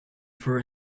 for